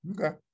okay